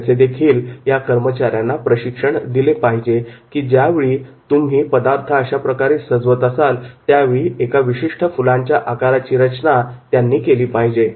याचेदेखील कर्मचाऱ्यांना प्रशिक्षण दिले पाहिजे की ज्यावेळी तुम्ही पदार्थ अशाप्रकारे सजवत असाल त्यावेळी एक विशिष्ट फुलांच्या आकाराची रचना केली पाहिजे